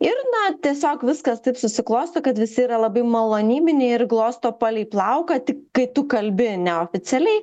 ir na tiesiog viskas taip susiklosto kad visi yra labai malonybiniai ir glosto palei plauką tik kai tu kalbi neoficialiai